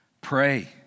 Pray